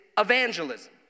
evangelism